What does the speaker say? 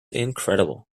incredible